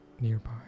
nearby